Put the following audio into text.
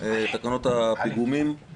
תקנות הפיגומים,